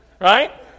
right